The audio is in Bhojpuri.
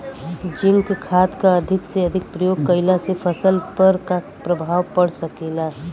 जिंक खाद क अधिक से अधिक प्रयोग कइला से फसल पर का प्रभाव पड़ सकेला?